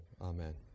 Amen